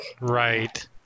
right